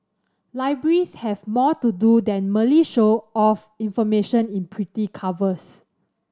libraries have more to do than merely show off information in pretty covers